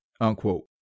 unquote